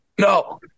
No